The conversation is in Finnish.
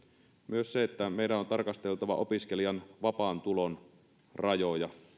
myös se että meidän on tarkasteltava opiskelijan vapaan tulon rajoja